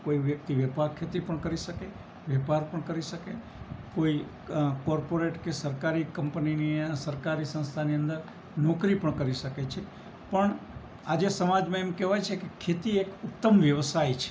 કોઈ વ્યક્તિ વેપાર ખેતી પણ કરી શકે વેપાર પણ કરી શકે કોઈ કોર્પોરેટ કે સરકારી કંપનીની સરકારી સંસ્થાની અંદર નોકરી પણ કરી શકે છે પણ આજે સમાજમાં એમ કહેવાય છે કે ખેતી એક ઉત્તમ વ્યવસાય છે